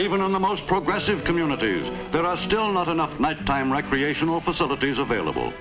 even on the most progressive communities there are still not enough nighttime recreational facilities available